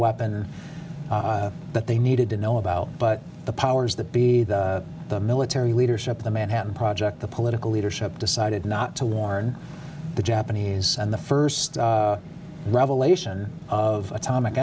weapon that they needed to know about but the powers that be the military leadership the manhattan project the political leadership decided not to warn the japanese and the first revelation of atomic